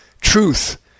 Truth